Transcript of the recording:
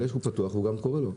ברגע שהוא פתוח, הוא קורא לו.